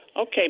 Okay